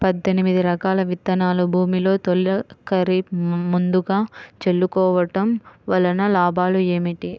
పద్దెనిమిది రకాల విత్తనాలు భూమిలో తొలకరి ముందుగా చల్లుకోవటం వలన లాభాలు ఏమిటి?